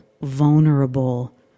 vulnerable